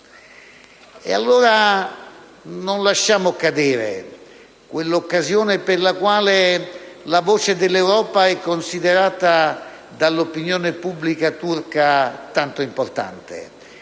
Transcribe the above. turca. Non lasciamo cadere allora quell'occasione per la quale la voce dell'Europa è considerata dall'opinione pubblica turca tanto importante